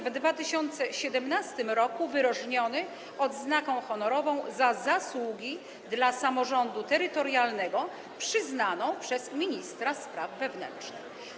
W 2017 r. wyróżniony Odznaką Honorową za Zasługi dla Samorządu Terytorialnego przyznaną przez ministra spraw wewnętrznych.